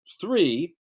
three